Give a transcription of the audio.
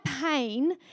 pain